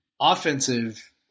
offensive